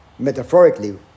Metaphorically